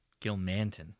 Gilmanton